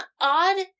odd